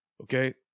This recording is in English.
Okay